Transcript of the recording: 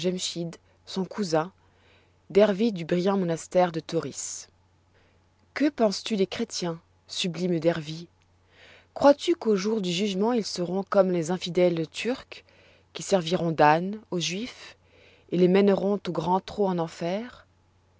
son cousin dervis du brillant monastère de tauris q ue penses-tu des chrétiens sublime dervis crois-tu qu'au jour du jugement ils seront comme les infidèles turcs qui serviront d'ânes aux juifs et les mèneront au grand trot en enfer